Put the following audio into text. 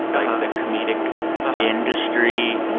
the comedic industry,